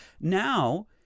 now